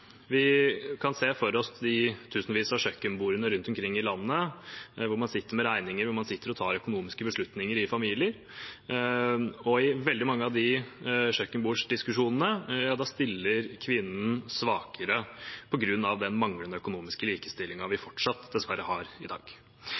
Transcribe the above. Vi kan se for oss de tusenvis av kjøkkenbordene rundt omkring i landet hvor man sitter med regninger og tar økonomiske beslutninger i familien. I veldig mange av de kjøkkenborddiskusjonene stiller kvinnen svakere på grunn av den manglende økonomiske likestillingen vi